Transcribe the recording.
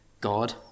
God